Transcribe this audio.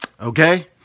okay